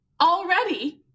already